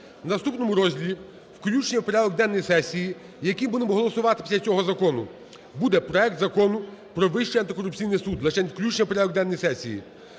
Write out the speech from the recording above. В наступному розділі включення в порядок денний сесії, який будемо голосувати після цього закону, буде проект Закону про Вищий антикорупційний суд, лише включення в порядок денний сесії,